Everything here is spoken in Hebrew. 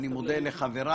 אני מודה לחבריי.